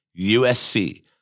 USC